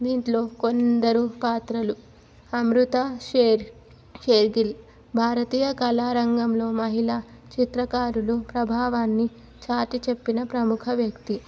దీంట్లో కొందరు పాత్రలు అమృత షేర్ షేర్గిల్ భారతీయ కళారంగంలో మహిళా చిత్రకారులు ప్రభావాన్ని చాటి చెప్పిన ప్రముఖ వ్యక్తి